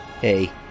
Hey